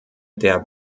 der